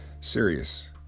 serious